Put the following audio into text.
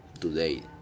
today